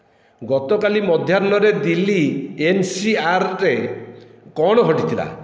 ଗତକାଲି ମଧ୍ୟାହ୍ନରେ ଦିଲ୍ଲୀ ଏନ୍ସିଆର୍ରେ କ'ଣ ଘଟିଥିଲା